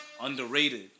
underrated